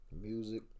music